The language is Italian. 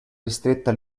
ristretta